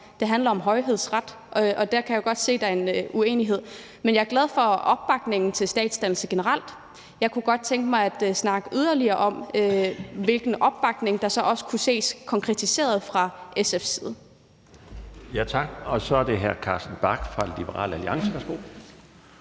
Det handler om højhedsret, og der kan jeg jo godt se, at der er en uenighed. Men jeg er glad for opbakningen til statsdannelse generelt. Jeg kunne godt tænke mig at snakke yderligere om, hvilken opbakning der så også kunne ses konkretiseret fra SF's side.